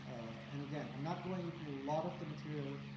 and again, i'm not going and to a lot of the material